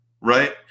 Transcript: Right